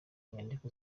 inyandiko